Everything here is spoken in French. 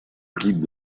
clip